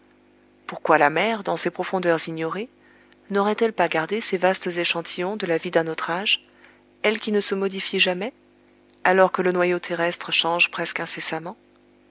pourquoi la mer dans ses profondeurs ignorées n'aurait-elle pas gardé ces vastes échantillons de la vie d'un autre âge elle qui ne se modifie jamais alors que le noyau terrestre change presque incessamment